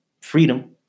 freedom